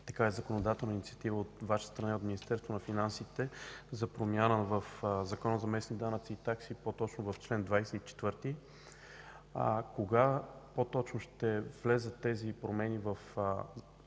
такава законодателна инициатива от Ваша страна и от Министерството на финансите за промяна в Закона за местните данъци и такси, по-точно в чл. 24. Кога по-точно ще влязат тези промени в